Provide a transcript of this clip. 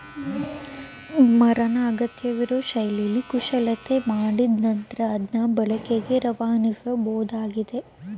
ಮರನ ಅಗತ್ಯವಿರೋ ಶೈಲಿಲಿ ಕುಶಲತೆ ಮಾಡಿದ್ ನಂತ್ರ ಅದ್ನ ಬಳಕೆಗೆ ರವಾನಿಸಬೋದಾಗಿದೆ